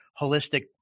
holistic